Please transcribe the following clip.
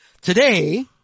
Today